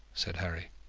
said harry.